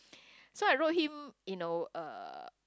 so I wrote him you know a